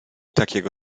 takiego